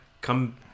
come